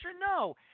No